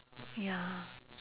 ya